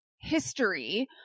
history